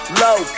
low